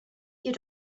you